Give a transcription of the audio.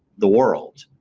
the world.